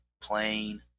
plain